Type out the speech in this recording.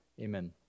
amen